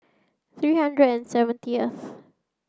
three hundred and seventieth